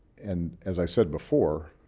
and as i said before,